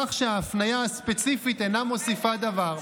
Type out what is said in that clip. כך שההפניה הספציפית אינה מוסיפה דבר.